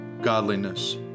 godliness